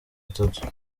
atatu